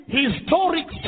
historic